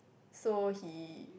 so he